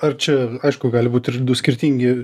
ar čia aišku gali būt ir du skirtingi